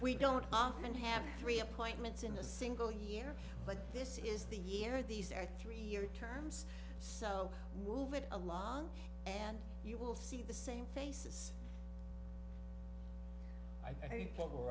we don't often have three appointments in a single year but this is the year these are three year terms so move it along and you will see the same faces i t